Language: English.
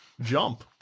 Jump